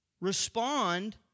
respond